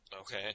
Okay